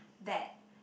that